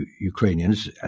Ukrainians